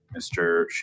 Mr